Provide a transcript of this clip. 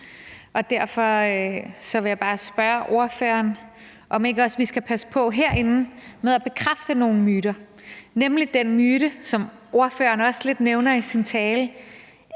derfor vil jeg bare spørge ordføreren, om ikke også vi skal passe på herinde med at bekræfte nogle myter, nemlig den myte, som ordføreren også lidt nævner i sin tale,